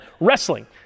Wrestling